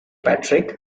patrick